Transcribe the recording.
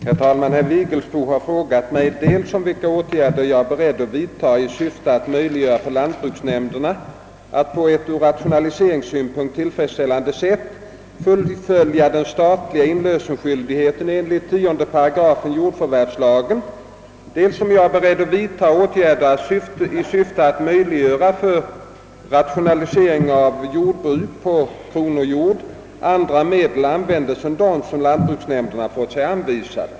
Herr talman! Herr Vigelsbo har frågat mig dels vilka åtgärder jag är beredd vidta i syfte att möjliggöra för lantbruksnämnderna att, på ett ur rationaliseringssynpunkt tillfredställande sätt, fullfgöra den statliga inlösensskyldigheten enligt 10 8 jordförvärvslagen, dels om jag är beredd vidta åtgärder i syfte att möjliggöra att för rationalisering av jordbruk på kronojord andra medel används än de som lantbruksnämnderna fått sig anvisade.